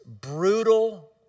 brutal